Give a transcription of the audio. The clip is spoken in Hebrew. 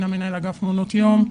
מדינה, מנהל אגף מעונות יום,